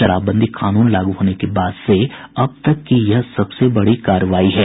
शराबबंदी कानून लागू होने के बाद से अब तक की यह सबसे बड़ी कार्रवाई है